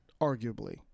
arguably